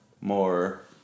more